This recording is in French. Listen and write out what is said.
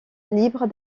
libre